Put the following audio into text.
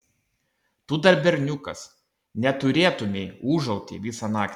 tu dar berniukas neturėtumei ūžauti visą naktį